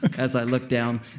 as i look down